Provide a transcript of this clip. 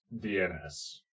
DNS